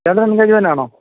ചേട്ടൻ്റെ എൻഗേജ്മെൻറ്റാണോ